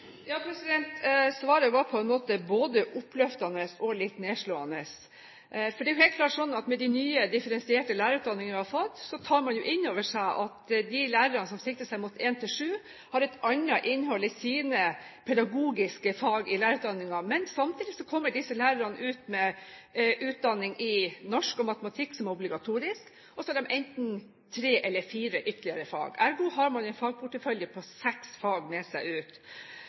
Svaret var på en måte både oppløftende og litt nedslående. Det er helt klart slik at med de nye differensierte lærerutdanningene vi har fått, tar man inn over seg at de lærerne som sikter seg mot 1.–7. trinn, har et annet innhold i sine pedagogiske fag i lærerutdanningen. Samtidig kommer disse lærerne ut med utdanning i norsk og matematikk som obligatorisk, og så har de enten tre eller fire ytterligere fag. Ergo har man en fagportefølje på seks fag med seg ut.